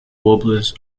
warblers